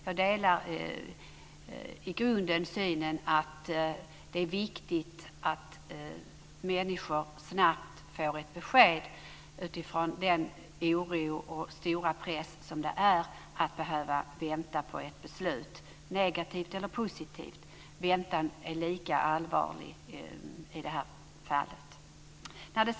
Jag delar i grunden synen att det är viktigt att människor snabbt får ett besked, med den stora press som det är att behöva vänta på ett beslut. Vare sig det blir negativt eller positivt är väntan lika allvarlig.